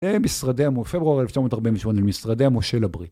פברואר 1948 למשרדי המושל הבריטי.